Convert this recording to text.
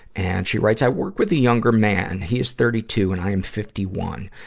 and she writes, i work with a younger man. he is thirty two and i am fifty one.